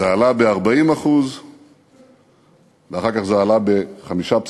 המחיר עלה ב-40% ואחר כך עלה ב-5.6%,